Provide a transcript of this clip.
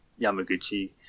Yamaguchi